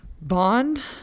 Bond